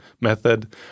method